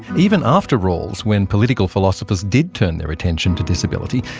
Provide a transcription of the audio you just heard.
even after rawls, when political philosophers did turn their attention to disability,